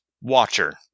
watcher